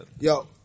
Yo